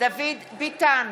דוד ביטן,